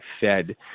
fed